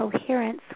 coherence